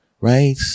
right